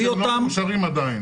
אותם ------ הם לא מאושרים עדיין.